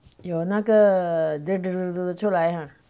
有那个 出来哈